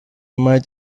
mile